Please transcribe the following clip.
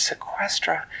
sequestra